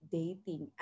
dating